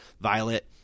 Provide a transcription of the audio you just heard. Violet